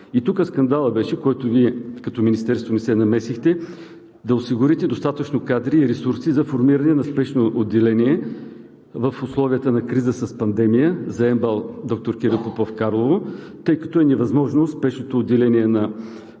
И тук скандалът беше, който Вие като Министерство не се намесихте, да осигурите достатъчно кадри и ресурси за формиране на спешно отделение в условията на криза с пандемия, за МБАЛ „Доктор Киро Попов“ – Карлово, тъй като е невъзможно спешното отделение на